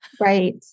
Right